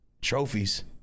trophies